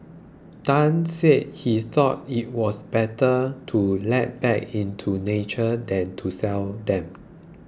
Tan said he thought it was better to let back into nature than to sell them